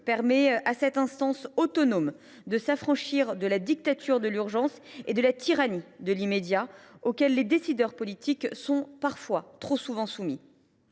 permet à cette instance autonome de s’affranchir de la dictature de l’urgence et de la tyrannie de l’immédiat, auxquelles les décideurs politiques sont trop souvent soumis.